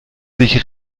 sich